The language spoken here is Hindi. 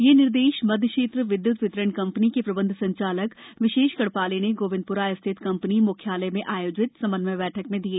यह निर्देश मध्य क्षेत्र विद्य्त वितरण कंपनी के प्रबंध संचालक विशेष गढ़पाले ने गोविन्दप्रा स्थित कंपनी म्ख्यालय में आयोजित समन्वय बैठक में दिए